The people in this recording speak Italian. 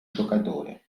giocatore